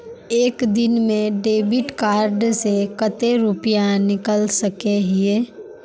एक दिन में डेबिट कार्ड से कते रुपया निकल सके हिये?